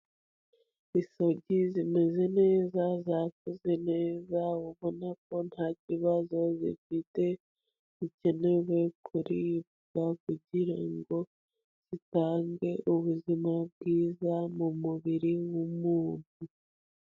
Isogi zimeze neza, zakuze neza, ubona ko nta kibazo zifite, gikenewe kuriba kugirango zitange ubuzima bwiza mu mubiri w'umuntu